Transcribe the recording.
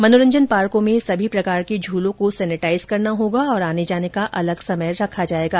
मनोरंजन पार्को में सभी प्रकार के झूलों को सेनिटाइज करना होगा और आने जाने का अलग समय रखा जाएगा